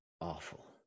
awful